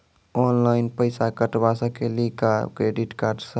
Online पैसा कटवा सकेली का क्रेडिट कार्ड सा?